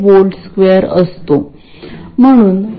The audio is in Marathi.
बायस मध्ये सिग्नल कसा जोडायचा हे आपल्याला माहित आहे